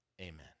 Amen